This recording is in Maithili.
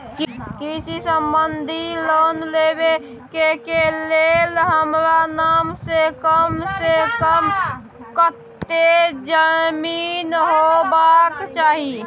कृषि संबंधी लोन लेबै के के लेल हमरा नाम से कम से कम कत्ते जमीन होबाक चाही?